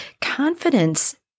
confidence